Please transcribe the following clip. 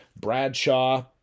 Bradshaw